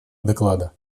доклада